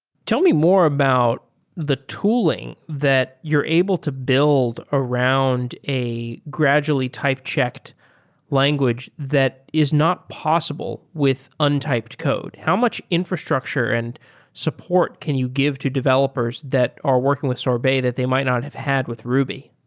tell me more about the tooling that you're able to build around a gradually typed check language that is not possible with untyped code? how much infrastructure and support can you give to developers that are working with sorbet that they might not have had with ruby?